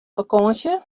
fakânsje